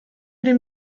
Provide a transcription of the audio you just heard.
den